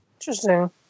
Interesting